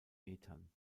metern